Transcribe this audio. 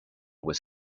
was